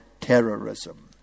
terrorism